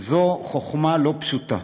וזו חוכמה לא פשוטה.